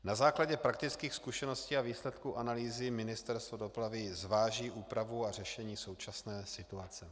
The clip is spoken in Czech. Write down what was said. Na základě praktických zkušeností a výsledků analýzy Ministerstvo dopravy zváží úpravu a řešení současné situace.